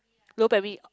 lower primary